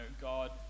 God